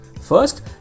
First